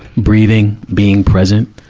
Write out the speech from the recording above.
breathing. being present.